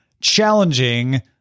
challenging